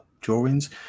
drawings